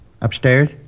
Upstairs